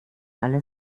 alle